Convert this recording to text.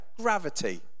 Gravity